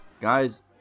Guys